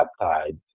peptides